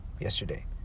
yesterday